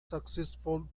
successful